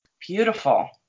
beautiful